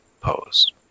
pose